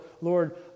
Lord